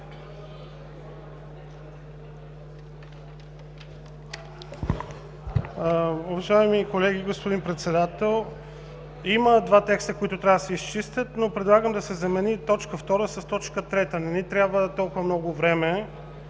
Уважаеми колеги, господин Председател! Има два текста, които трябва да се изчистят, но предлагам да се замени точка втора с точка трета. Не ни трябва толкова много време,